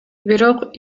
бирок